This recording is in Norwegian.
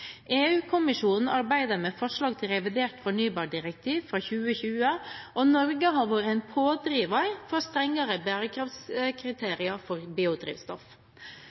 arbeider med forslag til revidert fornybardirektiv fra 2020, og Norge har vært en pådriver for strengere bærekraftskriterier for biodrivstoff.